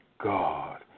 God